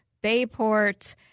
Bayport –